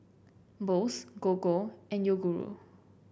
Bose Gogo and Yoguru